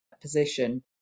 position